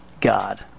God